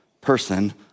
person